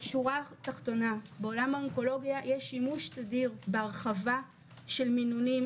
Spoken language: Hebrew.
בעולם האונקולוגיה יש שימוש תדיר בהרחבה של מינונים,